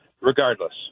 regardless